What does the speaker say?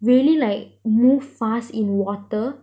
really like move fast in water